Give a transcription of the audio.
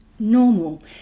normal